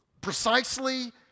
precisely